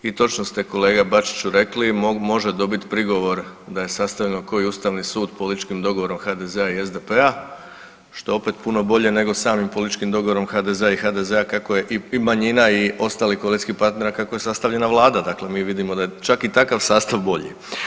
I točno ste kolega Bačiću rekli može dobit prigovor da je sastavljeno ko i ustavni sud političkim dogovorom HDZ-a i SDP-a što je opet puno bolje nego samim političkim dogovorom HDZ-a i HDZ-a kako je i manjina i ostali koalicijski partneri, a kako je sastavljena vlada, dakle mi vidimo da je čak i takav sastav bolji.